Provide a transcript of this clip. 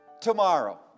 tomorrow